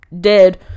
dead